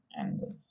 angles